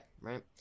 right